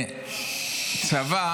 צבא